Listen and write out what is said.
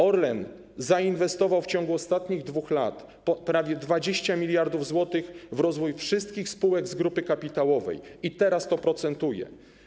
Orlen zainwestował w ciągu ostatnich 2 lat prawie 20 mld zł w rozwój wszystkich spółek z grupy kapitałowej i teraz to procentuje.